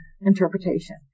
interpretation